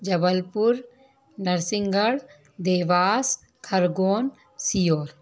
Jabalpur Narsinghgarh Dewas Khargone Sehore